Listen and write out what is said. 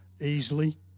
easily